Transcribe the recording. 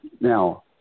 Now